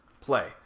play